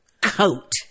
coat